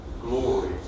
glory